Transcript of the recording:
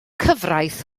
cyfraith